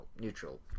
Neutral